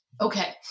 okay